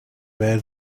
where